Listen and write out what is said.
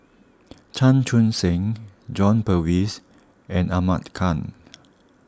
Chan Chun Sing John Purvis and Ahmad Khan